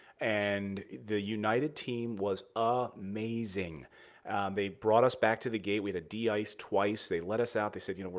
and the united team was ah i mean amazing. they brought us back to the gate with a de-ice twice. they let us out. they said, you know